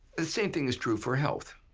the same thing is true for health.